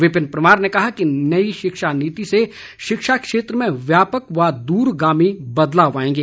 विपिन परमार ने कहा कि नई शिक्षा नीति से शिक्षा क्षेत्र में व्यापक व द्रगामी बदलाव आएंगे